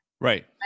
Right